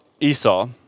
Esau